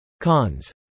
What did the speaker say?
Cons